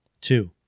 Two